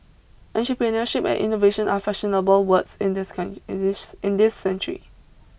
entrepreneurship and innovation are fashionable words in this con in this in this century